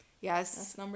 yes